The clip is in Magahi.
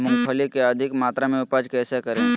मूंगफली के अधिक मात्रा मे उपज कैसे करें?